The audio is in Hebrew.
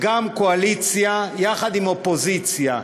קואליציה יחד עם אופוזיציה,